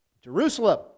Jerusalem